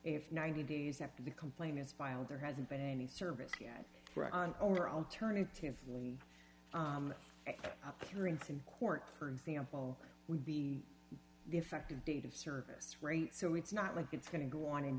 if ninety days after the complaint is filed there hasn't been any service yet right on over alternatively i can ring from court for example would be the effective date of service rate so it's not like it's going to go on ind